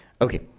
Okay